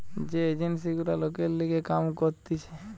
যে এজেন্সি গুলা লোকের লিগে কাম করতিছে